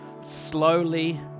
slowly